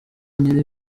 nyiri